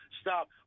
stop